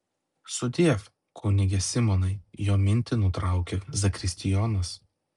sudiev kunige simonai jo mintį nutraukia zakristijonas